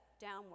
downward